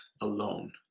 alone